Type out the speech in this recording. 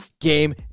game